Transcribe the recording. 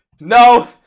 No